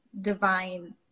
divine